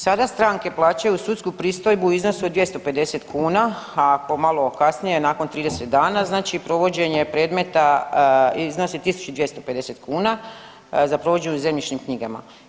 Sada stranke plaćaju sudsku pristojbu u iznosu od 250 kuna, a ako malo kasnije nakon 30 dana provođenje predmeta iznosi 1.250 kuna za provođenje u zemljišnim knjigama.